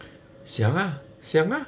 想啊想啊